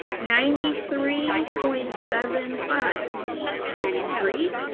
ninety three point seven five one, two, three.